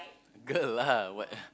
girl lah what a